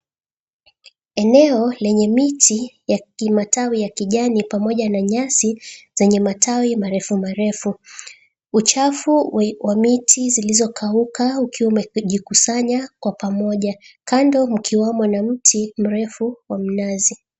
Eneo lenye miti ya kimatawi ya kijani pamoja na nyasi zenye matawi marefu marefu uchafu wa miti zilizokauka ukiwa umejikusanya kwa pamoja kando, mkiwamo na mti mrefu wa mnazi.